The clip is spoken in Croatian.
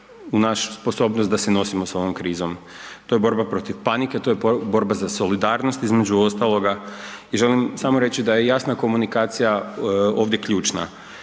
u našu sposobnost da se nosimo s ovom krizom. To je borba protiv panike, to je borba za solidarnost između ostaloga i želim samo reći da je jasna komunikacija ovdje ključna.